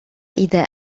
إذا